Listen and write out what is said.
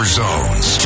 zones